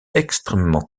extrêmement